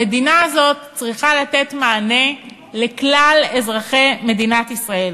המדינה הזאת צריכה לתת מענה לכלל אזרחי מדינת ישראל